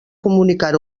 comunicar